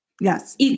Yes